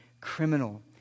criminal